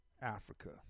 Africa